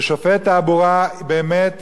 ששופט תעבורה באמת